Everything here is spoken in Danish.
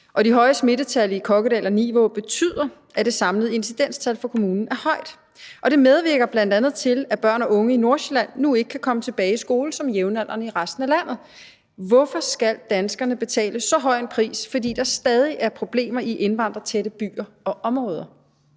De høje smittetal i Kokkedal og Nivå betyder, at det samlede incidenstal for kommunen er højt, og det medvirker bl.a. til, at børn og unge i Nordsjælland nu ikke kan komme tilbage i skole som jævnaldrende i resten af landet. Hvorfor skal danskerne betale så høj en pris, fordi der stadig er problemer i indvandrertætte byer og områder?